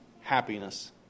happiness